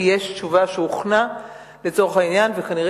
כי יש תשובה שהוכנה לצורך העניין וכנראה